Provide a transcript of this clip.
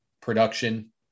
production